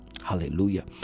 Hallelujah